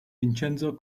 vincenzo